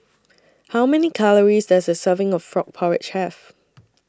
How Many Calories Does A Serving of Frog Porridge Have